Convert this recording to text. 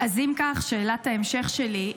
אז אם כך, שאלת ההמשך שלי.